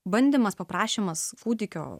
bandymas paprašymas kūdikio